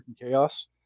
chaos